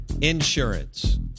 insurance